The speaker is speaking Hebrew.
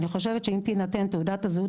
אני חושבת שאם תינתן גם תעודת הזהות